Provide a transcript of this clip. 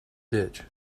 ditch